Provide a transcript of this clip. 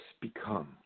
become